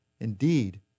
Indeed